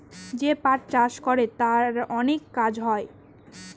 যে পাট চাষ করে তার অনেক কাজ হয়